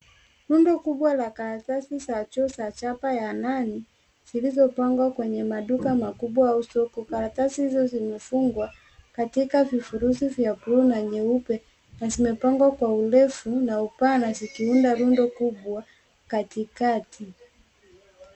Rundo kubwa la karatasi za juu za chapa ya Nani zilizopangwa kwenye maduka makubwa au soko. Karatasi hizo zimefungwa katika vifurushi vya buluu na nyeupe na zimepangwa kwa urefu na upana zikiunda rundo kubwa katikati.